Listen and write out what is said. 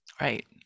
right